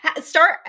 Start